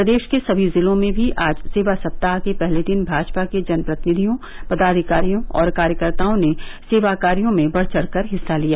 प्रदेश के सभी जिलों में भी आज सेवा सप्ताह के पहले दिन भाजपा के जनप्रतिनिधियों पदाधिकारियों और कार्यकर्ताओं ने सेवा कार्यो में बढ़चढ़ कर हिस्सा लिया